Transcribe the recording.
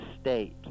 state